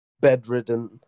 bedridden